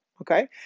okay